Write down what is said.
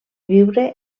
viure